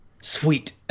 Sweet